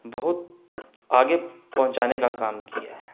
بہت آگے پہنچانے کا کام کیا ہے